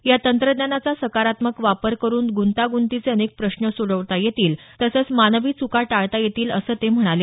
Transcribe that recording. या तंत्रज्ञानाचा सकारात्मक वापर करुन ग्रंताग्रंतीचे अनेक प्रश्न सोडवता येतील तसंच मानवी चुका टाळता येतील असं ते म्हणाले